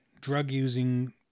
drug-using